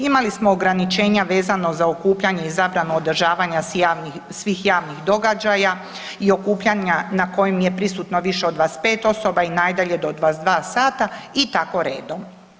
Imali smo ograničenja vezano za okupljanje i zabranu održavanja svih javnih događaja i okupljanja na kojima je prisutno više od 25 osoba i najdalje do 22 sata i tako redom.